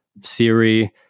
Siri